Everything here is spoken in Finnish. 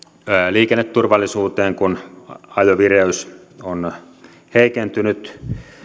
liikenneturvallisuuteen kun ajovireys on heikentynyt